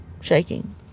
shaking